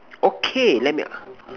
okay let me a~